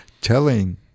telling